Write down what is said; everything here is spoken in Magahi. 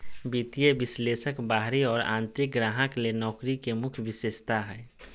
वित्तीय विश्लेषक बाहरी और आंतरिक ग्राहक ले नौकरी के मुख्य विशेषता हइ